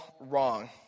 wrong